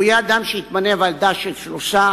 הוא יהיה אדם שתמנה ועדה של שלושה,